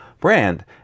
brand